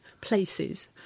places